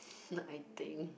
I think